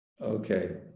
Okay